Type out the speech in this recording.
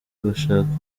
bashaka